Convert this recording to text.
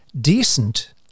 decent